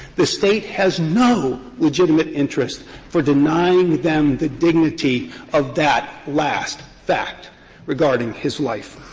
the state has no legitimate interest for denying them the dignity of that last fact regarding his life.